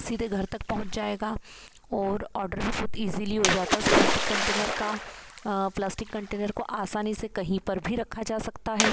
सीधे घर तक पहुँच जाएगा और ऑडर भी बहुत ईज़िली हो जाता उस प्लास्टिक कंटेनर का प्लास्टिक कंटेनर को आसानी से कहीं पर भी रखा जा सकता है